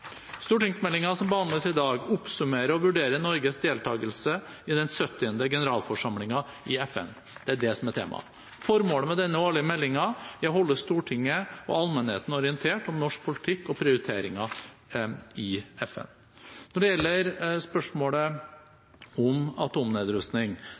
som behandles i dag, oppsummerer og vurderer Norges deltakelse i den 70. generalforsamlingen i FN. Det er det som er temaet. Formålet med denne årlige meldingen er å holde Stortinget og allmennheten orientert om norsk politikk og prioriteringer i FN. Når det gjelder